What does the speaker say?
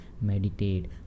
Meditate